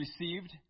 received